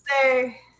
say